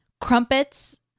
Crumpets